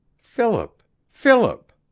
philip! philip!